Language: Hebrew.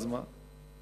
אז מה,